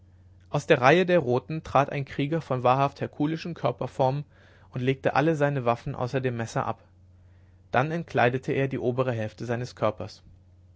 aus der reihe der roten trat ein krieger von wahrhaft herkulischen körperformen und legte alle seine waffen außer dem messer ab dann entkleidete er die obere hälfte seines körpers